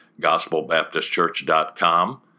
gospelbaptistchurch.com